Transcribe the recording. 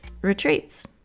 Retreats